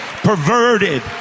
perverted